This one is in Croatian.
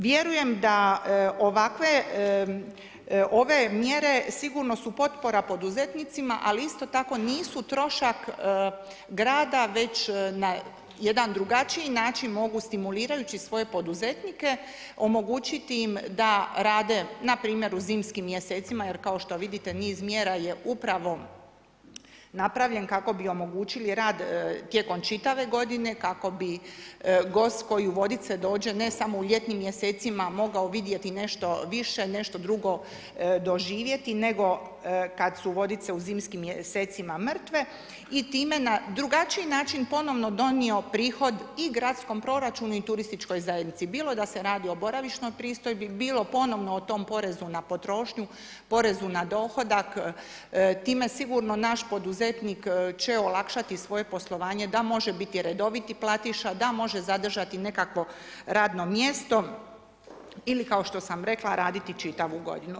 Vjerujem da ovakve, ove mjere sigurno su potpora poduzetnicima, ali isto tako nisu trošak grada već na jedan drugačiji način mogu stimulirajući svoje poduzetnike omogućiti da rade npr. u zimskim mjesecima jer kao što vidite, niz mjera je upravo napravljen kako bi omogućili rad tijekom čitave godine, kako bi gost koji u Vodice dođe ne samo ljetnim mjesecima, mogao vidjeti nešto više, nešto drugo doživjeti nego kad su Vodice u zimskim mjesecima mrtve i time na drugačiji način ponovno donio prihod i gradskom proračunu i turističkoj zajednici, bilo da se radi o boravišnoj pristojbi, bilo ponovno o tom porezu na potrošnju, porezu na dohodak, time sigurno naš poduzetnik će olakšati svoje poslovanje da može biti redoviti platiša, da može zadržati nekakvo radno mjesto ili kao što sam rekla, raditi čitavu godinu.